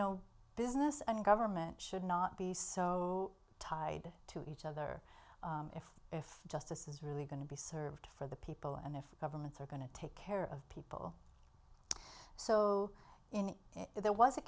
know business and government should not be so tied to each other if if justice is really going to be served for the people and if governments are going to take care of people so in it there was a